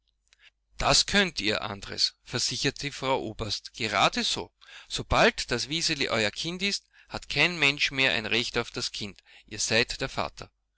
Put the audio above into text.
das könnt ihr andres versicherte die frau oberst geradeso sobald das wiseli euer kind ist hat kein mensch mehr ein recht auf das kind ihr seid der vater